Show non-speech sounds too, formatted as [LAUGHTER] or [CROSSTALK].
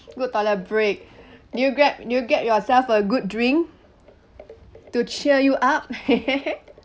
good toilet break did you grab did you get yourself a good drink to cheer you up [LAUGHS]